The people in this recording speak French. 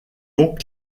donc